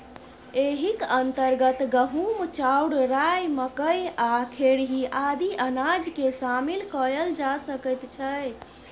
एहिक अंतर्गत गहूम, चाउर, राई, मकई आ खेरही आदि अनाजकेँ शामिल कएल जा सकैत छै